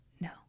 No